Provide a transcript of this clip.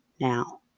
now